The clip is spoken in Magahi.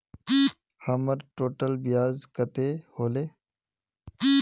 हमर टोटल ब्याज कते होले?